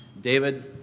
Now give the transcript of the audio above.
David